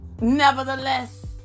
Nevertheless